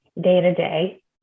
day-to-day